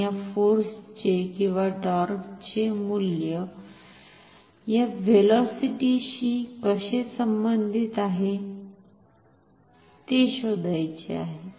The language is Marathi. आणि या फोर्सचे किंवा टॉर्कचे हे मूल्य या व्हेलॉसीटीशी कसे संबंधित आहे ते शोधायचे आहे